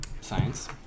science